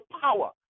power